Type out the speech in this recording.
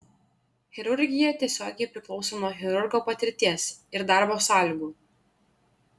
chirurgija tiesiogiai priklauso nuo chirurgo patirties ir darbo sąlygų